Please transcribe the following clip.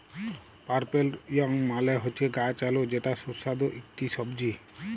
purple yam মালে হচ্যে গাছ আলু যেটা সুস্বাদু ইকটি সবজি